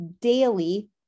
daily